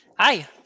Hi